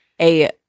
A-